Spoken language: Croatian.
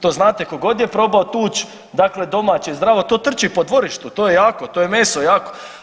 To znate ko kod je probao tuć dakle domaće i zdravo to trči po dvorištu, to je jako, to je meso jako.